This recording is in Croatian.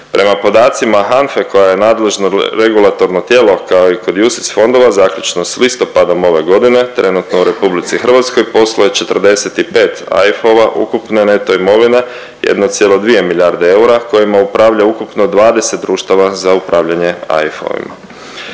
Prema podacima HANFE koja je nadležno regulatorno tijelo kao i kod UCTIS fondova zaključno s listopadom ove godine trenutno u RH posluje 45 AIF-ova ukupne neto imovine 1,2 milijarde eura kojima upravlja ukupno 20 društava za upravljanje AIF-ovima.